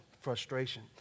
frustration